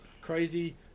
crazy